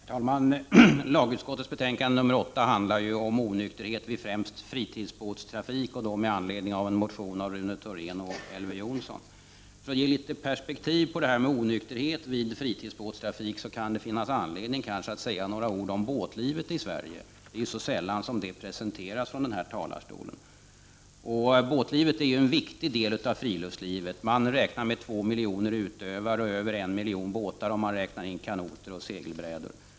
Herr talman! Lagutskottets betänkande 8 handlar om onykterhet vid främst fritidsbåtstrafik och föranleds av en motion av Rune Thorén och Elver Jonsson. För att ge litet perspektiv på detta med onykterhet vid fritidsbåtstrafik kan det finnas anledning att säga några ord om båtlivet i Sverige — det är så sällan som det presenteras från denna talarstol. Båtlivet är en viktig del av friluftslivet. Man räknar med två miljoner utövare och över en miljon båtar, om man räknar in kanoter och segelbrädor.